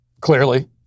clearly